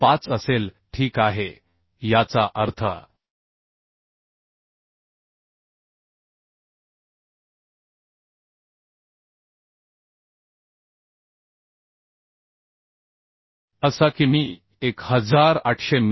05 असेल ठीक आहे याचा अर्थ असा की मी 1800 मि